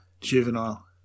juvenile